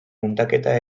muntaketa